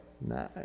Nice